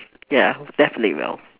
ya definitely well